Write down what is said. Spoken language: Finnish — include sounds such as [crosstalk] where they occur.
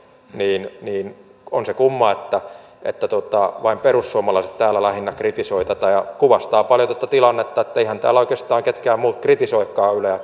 niin niin on se kumma että että vain perussuomalaiset täällä lähinnä kritisoi tätä se kuvastaa paljon tätä tilannetta että eiväthän täällä oikeastaan ketkään muut kritisoikaan yleä [unintelligible]